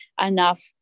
enough